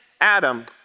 Adam